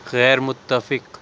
غیر متفق